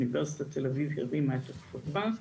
אוניברסיטת תל אביב הרימה את הכפפה,